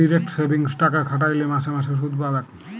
direct সেভিংসে টাকা খ্যাট্যাইলে মাসে মাসে সুদ পাবেক